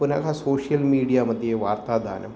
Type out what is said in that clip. पुनः सोषियल्मीडिया मध्ये वार्तादानम्